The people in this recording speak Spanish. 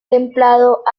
templado